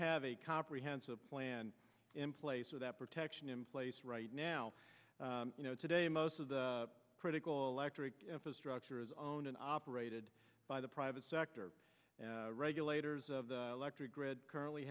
have a comprehensive plan in place for that protection in place right now you know today most of the critical electric infrastructure is owned and operated by the private sector regulators of the electric grid currently